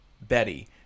Betty